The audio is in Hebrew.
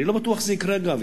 אני לא בטוח שזה יקרה, אגב.